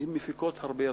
והן מפיקות הרבה רווחים,